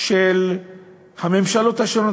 של הממשלות השונות,